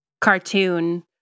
cartoon